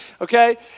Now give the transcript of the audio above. Okay